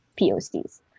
POCs